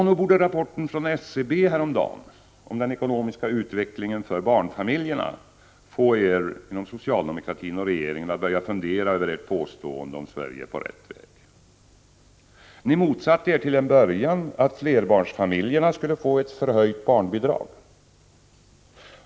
Nog borde rapporten från SCB häromdagen om den ekonomiska utvecklingen för barnfamiljerna få er inom socialdemokratin och regeringen att börja fundera över ert påstående att Sverige är på rätt väg. Ni motsatte er till en början att flerbarnsfamiljerna skulle få ett förhöjt barnbidrag.